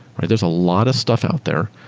right? there's a lot of stuff out there.